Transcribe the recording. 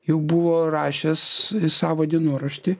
jau buvo rašęs savo dienorašty